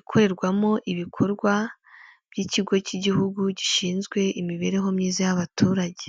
ikorerwamo ibikorwa by'ikigo cy'igihugu gishinzwe imibereho myiza y'abaturage.